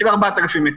של 4,000 מטר.